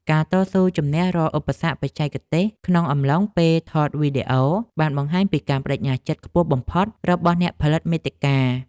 ការតស៊ូជំនះរាល់ឧបសគ្គបច្ចេកទេសក្នុងអំឡុងពេលថតវីដេអូបានបង្ហាញពីការប្តេជ្ញាចិត្តខ្ពស់បំផុតរបស់អ្នកផលិតមាតិកា។